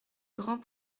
grand